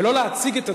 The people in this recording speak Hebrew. ולא להציג את עצמו,